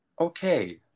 Okay